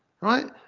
right